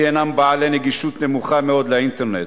הם בעלי נגישות נמוכה מאוד לאינטרנט,